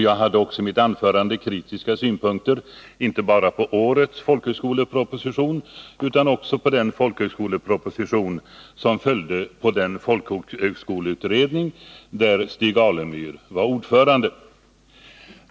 Jag anlade också i mitt anförande kritiska synpunkter inte bara på årets folkhögskoleproposition utan även på den folkhögskoleproposition som följde på den folkhögskoleutredning som Stig Alemyr var ordförande i.